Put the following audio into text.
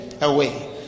away